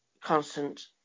constant